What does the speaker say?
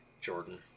Jordan